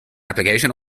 application